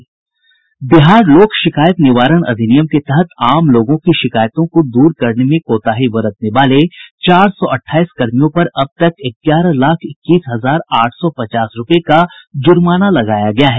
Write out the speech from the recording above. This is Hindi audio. बिहार लोक शिकायत निवारण अधिनियम के तहत आम लोगों की शिकायतों को दूर करने में कोताही बरतने वाले चार सौ अठाईस कर्मियों पर अब तक ग्यारह लाख इक्कीस हजार आठ सौ पचास रूपये का जुर्माना लगाया गया है